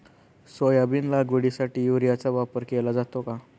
Soybean लागवडीसाठी युरियाचा वापर केला जातो का?